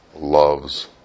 loves